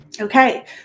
Okay